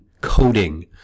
coding